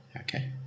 Okay